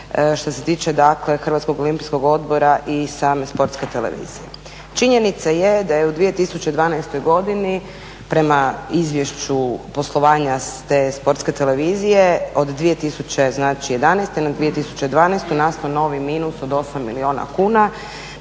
što se tiče dakle Hrvatskog olimpijskog odbora i same sportske televizije. Činjenica je da je u 2012. godini prema izvješću poslovanja te Sportske televizije od dvije tisuće znači jedanaeste na 2012. nastao novi minus od 8 milijuna kuna